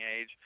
age